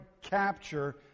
capture